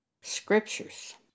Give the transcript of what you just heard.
scriptures